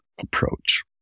approach